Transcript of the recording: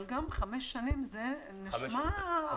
אבל גם חמש שנים נשמע זמן רב.